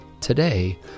Today